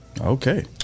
Okay